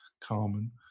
Carmen